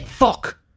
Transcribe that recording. fuck